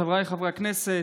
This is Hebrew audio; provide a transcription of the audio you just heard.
חבריי חברי הכנסת,